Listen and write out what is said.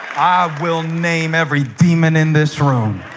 will name every demon in this room